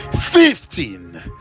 fifteen